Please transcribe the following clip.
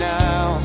now